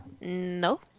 No